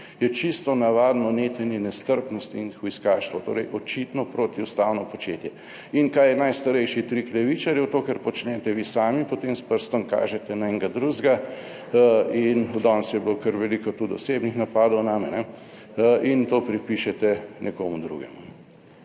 je čisto navadno netenje nestrpnosti in hujskaštvo, torej očitno protiustavno početje. In kaj je najstarejši trik levičarjev? To, kar počnete vi sami, potem s prstom kažete na enega drugega in danes je bilo kar veliko tudi osebnih napadov name in to pripišete nekomu drugemu.